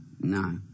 no